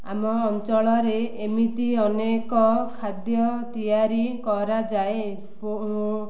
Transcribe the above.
ଆମ ଅଞ୍ଚଳରେ ଏମିତି ଅନେକ ଖାଦ୍ୟ ତିଆରି କରାଯାଏ ଓ